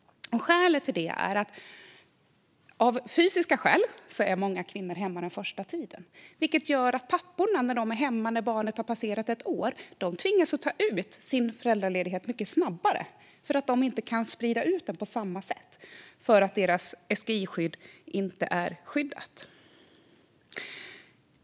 Av fysiska skäl är ju många kvinnor hemma den första tiden, vilket gör att papporna tvingas att ta ut sin föräldraledighet mycket snabbare när de är hemma efter att barnet har passerat ettårsdagen. De kan inte sprida ut den på samma sätt eftersom deras SGI inte är skyddad.